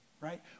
right